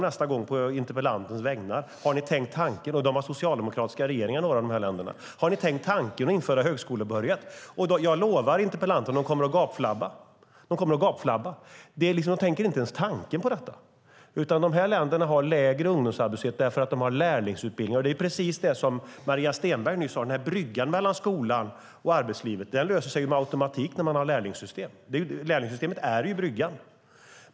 Nästa gång jag möter mina kolleger från dessa länder, och några har socialdemokratiska regeringar, kan jag fråga å interpellantens vägnar om de har tänkt tanken att införa högskolebehörighet. Jag lovar interpellanten att de kommer att gapflabba. De tänker inte ens tanken. Dessa länder har lägre ungdomsarbetslöshet för att de har lärlingsutbildning. Bryggan mellan skolan och arbetslivet, som Maria Stenberg nyss talade om, uppstår per automatik när man har lärlingssystem. Lärlingssystemet är bryggan.